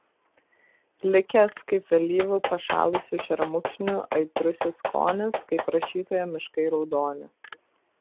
likęs kaip vėlyvų pašalusių šermukšnių aitrusis skonis kaip rašytojo miškai raudoni